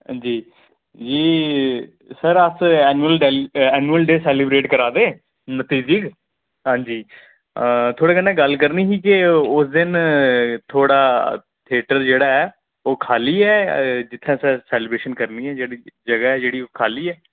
हां जी जी सर अस ऐनुअल डल ऐनुअल डे सेलिब्रेट करै दे नत्ती तरीक हां जी थुआढ़े कन्नै गल्ल करनी ही के उस दिन थुआढ़ा थिएटर जेह्ड़ा ऐ ओह् खाल्ली ऐ जित्थै असें सेलीब्रेशन करनी ऐ जेह्ड़ी जगह ओह् खाल्ली ऐ